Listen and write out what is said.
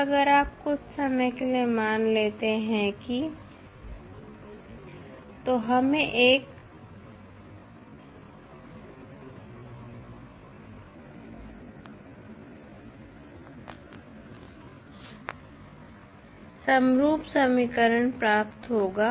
अब अगर आप कुछ समय के लिए मान लेते हैं कि तो हमें एक समरूप समीकरण प्राप्त होगा